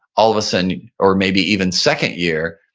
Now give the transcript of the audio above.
all of a sudden, or maybe even second year,